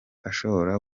ashobora